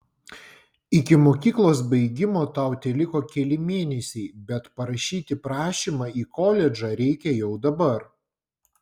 iki mokyklos baigimo tau teliko keli mėnesiai bet parašyti prašymą į koledžą reikia jau dabar